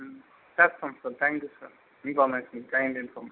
చేస్తాం sir thank you sir thank you so much